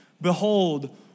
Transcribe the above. behold